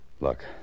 Look